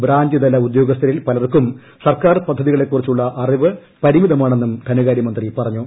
branch ത്ല് ഉദ്യോഗസ്ഥരിൽ പലർക്കും സർക്കാർ പദ്ധതികളെ കുറിച്ചുള്ള അറിവ് പരിമിതമാണെന്നും ധനകാര്യമന്ത്രി പറഞ്ഞു